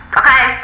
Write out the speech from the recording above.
okay